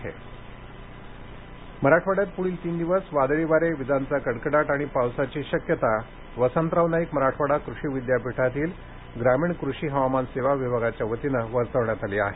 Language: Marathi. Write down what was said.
पाऊस शेतीमाल काळजी परभणी मराठवाङ्यात पुढील तीन दिवस वादळी वारे विजांचा कडकडाट आणि पावसाची शक्यता वसंतराव नाईक मराठवाडा कृषि विद्यापीठातील ग्रामीण कृषि हवामान सेवा विभागाच्या वतीनं वर्तवण्यात आली आहे